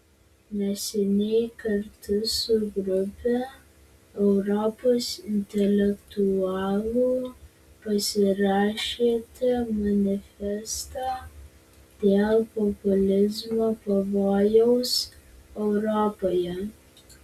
neseniai kartu su grupe europos intelektualų pasirašėte manifestą dėl populizmo pavojaus europoje